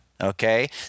Okay